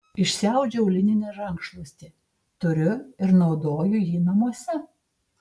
išsiaudžiau lininį rankšluostį turiu ir naudoju jį namuose